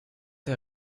der